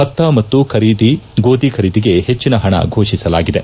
ಭತ್ತ ಮತ್ತು ಗೋದಿ ಖರೀದಿಗೆ ಹೆಚ್ಚಿನ ಪಣ ಫೋಷಿಸಲಾಗಿದೆ